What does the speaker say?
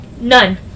None